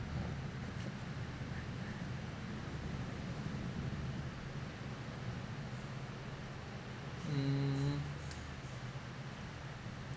ah mm